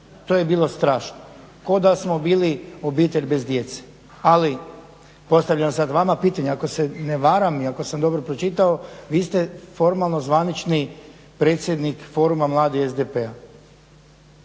To je bilo strašno. Kao da smo obili obitelj bez djece ali postavljam sad vama pitanje ako se ne varam i ako sam dobro pročitao, vi ste formalno zvanični predsjednik foruma mladih SDP-a.